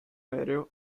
aereo